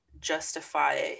justify